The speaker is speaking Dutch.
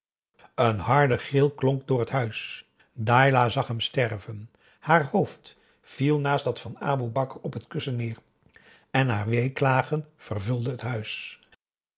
een harde gil klonk door het huis dailah zag hem sterven haar hoofd viel naast dat van boe akar op het kussen neer en haar weeklagen vulde het huis